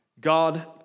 God